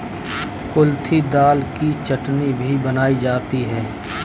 कुल्थी दाल की चटनी भी बनाई जाती है